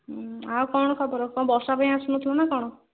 ଆଉ କ'ଣ ଖବର କ'ଣ ବର୍ଷା ପାଇଁ ଆସୁନଥିଲ ନା କ'ଣ